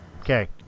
Okay